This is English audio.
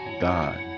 God